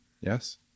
Yes